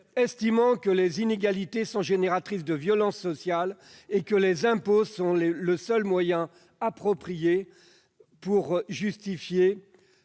estimant que les inégalités sont sources de violences sociales et que les impôts sont le seul moyen approprié pour assurer